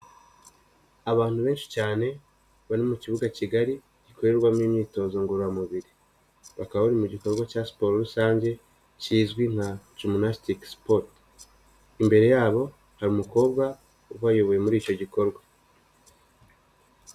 Abantu benshi cyane bari mu kibuga kigari gikorerwamo imyitozo ngororamubiri, bakaba bari mu gikorwa cya siporo rusange kizwi nka jimunasitike sipoti, imbere yabo hari umukobwa ubayoboye muri icyo gikorwa.